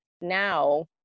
now